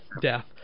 death